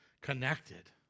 connected